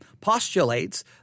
postulates